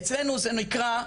אצלנו זה נקרא: